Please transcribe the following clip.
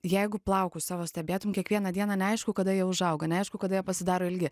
jeigu plaukus savo stebėtum kiekvieną dieną neaišku kada jie užauga neaišku kada jie pasidaro ilgi